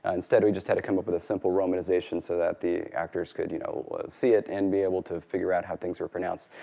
instead we just had to come up with a simple romanization so that the actors could you know see it and be able to figure out how things are pronounced.